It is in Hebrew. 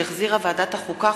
שהחזירה ועדת החוקה,